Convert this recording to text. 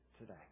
today